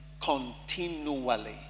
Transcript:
continually